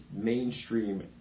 mainstream